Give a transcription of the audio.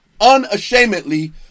unashamedly